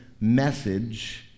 message